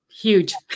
Huge